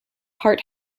heart